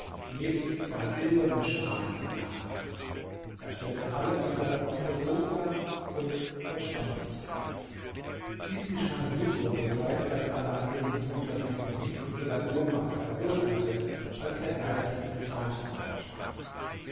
nebst zwei silbernen schalen in der hand er stellte alles zusammen auf das sofa und verschwand sogleich dies geschah in so kurzer zeit daß alaeddins mutter sich noch nicht von ihrer ohnmacht erholt hatte als der geist zum zweitenmal verschwand